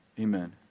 Amen